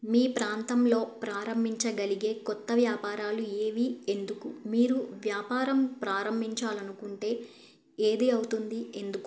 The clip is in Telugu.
మీ ప్రాంతంలో ప్రారంభించగలిగే కొత్త వ్యాపారాలు ఏవి ఎందుకు మీరు వ్యాపారం ప్రారంభించాలనుకుంటే ఏది అవుతుంది ఎందుకు